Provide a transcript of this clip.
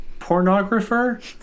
pornographer